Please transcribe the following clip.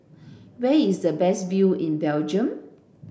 where is the best view in Belgium